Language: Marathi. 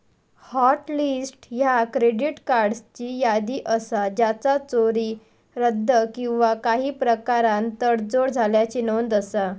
हॉट लिस्ट ह्या क्रेडिट कार्ड्सची यादी असा ज्याचा चोरी, रद्द किंवा काही प्रकारान तडजोड झाल्याची नोंद असा